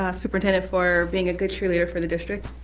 ah superintendent, for being a good cheerleader for the district.